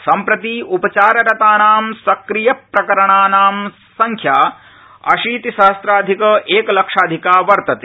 सम्प्रति उपचाररतानी सक्रियप्रकरणानी सैख्या अशीतिसहम्राधिक एकलक्षाधिका वर्तते